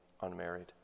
unmarried